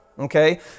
Okay